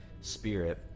spirit